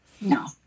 No